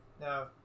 now